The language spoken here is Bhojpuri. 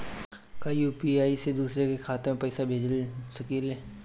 का यू.पी.आई से दूसरे के खाते में पैसा भेज सकी ले?